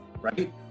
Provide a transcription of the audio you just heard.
Right